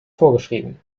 vorgeschrieben